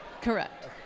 Correct